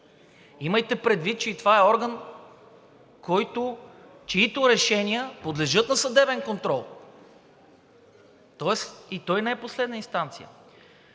Имайте предвид, че това е орган, чиито решения подлежат на съдебен контрол, тоест и той не е последна инстанция.